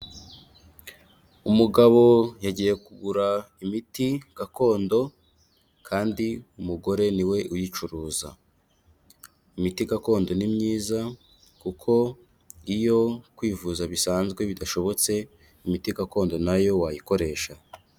Umugabo yagiye kugura imiti gakondo kandi umugore ni we uyicuruza. Imiti gakondo ni myiza kuko iyo kwivuza bisanzwe bidashobotse, imiti gakondo na yo wayikoresha.